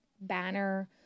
banner